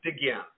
again